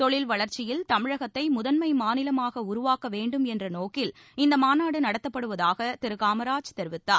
தொழில் வளா்ச்சியில் தமிழகத்தை முதன்மை மாநிலமாக உருவாக்க வேண்டும் என்ற நோக்கில் இந்த மாநாடு நடத்தப்படுவதாக திரு காமராஜ் தெரிவித்தார்